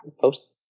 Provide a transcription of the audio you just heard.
post